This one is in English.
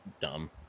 dumb